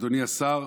אדוני השר,